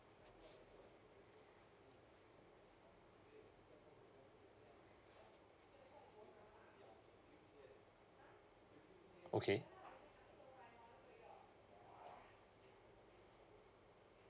okay